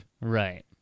Right